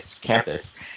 campus